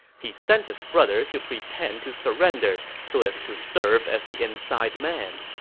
he sent his brother to pretend to surrender so as to serve as the inside man.